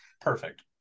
Perfect